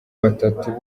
batatu